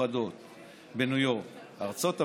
המאוחדות בניו יורק, ארצות הברית,